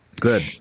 Good